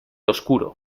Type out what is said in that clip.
oscuro